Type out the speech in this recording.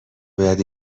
باید